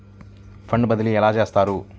Fund బదిలీ ఎలా చేస్తారు?